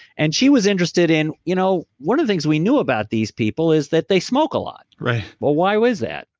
and she was interested in, you know one of the things we knew about these people is that they smoke a lot, well why was that?